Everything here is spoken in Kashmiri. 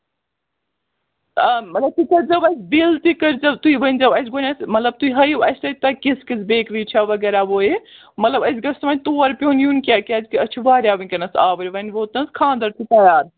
آ رٔسیٖد کٔرۍزیٚو اَسہِ بِل تہِ کٔرۍزیٚو تُہۍ ؤنۍ زیٚو اَسہِ گۄڈٕنیتھ مطلب تُہۍ ہٲیو اَسہِ تۅہہِ کِژھ بیکری چھَو وَغیرہ وہ یے مطلب اَسہِ گژھِ نہٕ تور پٮ۪ون یُن کیٚنٛہہ کیٛازِ کہِ أسۍ چھِ واریاہ وُنکٮ۪نس آؤرۍ وۅنۍ ووت نہَ حظ خانٛدر تہِ تَیار